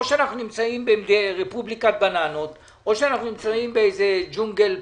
או שאנחנו נמצאים ברפובליקת בננות או שאנחנו נמצאים בג'ונגל פראי.